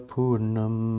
Purnam